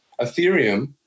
Ethereum